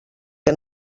que